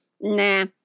Nah